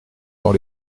dans